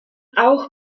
auch